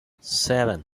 seven